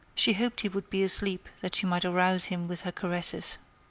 she hoped he would be asleep that she might arouse him with her caresses.